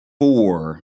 four